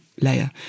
layer